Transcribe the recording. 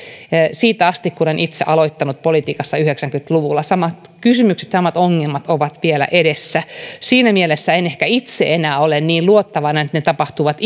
olen itse aloittanut politiikassa yhdeksänkymmentä luvulla ja samat kysymykset samat ongelmat ovat vielä edessä siinä mielessä en ehkä itse enää ole niin luottavainen että ne tapahtuvat